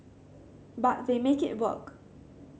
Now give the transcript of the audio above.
but they make it work